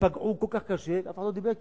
כשפגעו כל כך קשה, אף אחד לא דיבר כמעט.